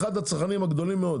אחד הצרכנים הגדולים מאוד,